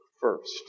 first